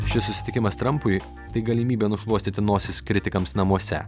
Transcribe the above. šis susitikimas trampui tai galimybė nušluostyti nosis kritikams namuose